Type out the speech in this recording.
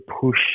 push